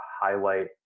highlight